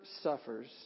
suffers